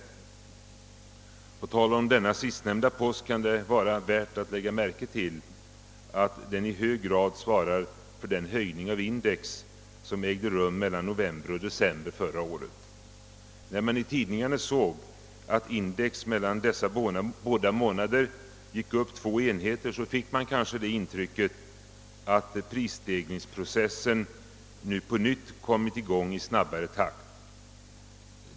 När det gäller denna sistnämnda post kan det vara värt att lägga märke till att den i hög grad svarar för den höjning av index som ägde rum mellan november och december förra året. När man i tidningarna såg att index mellan dessa båda månader gick upp med två enheter, fick man kanske det intrycket att prisstegringsprocessen nu ånyo kommit i gång i snabbare takt.